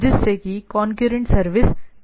जिससे कि concurrent service दी जा सके